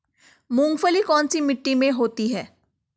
मूंगफली कौन सी मिट्टी में होती है?